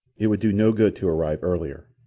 it would do no good to arrive earlier.